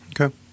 Okay